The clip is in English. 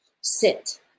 Sit